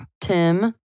Tim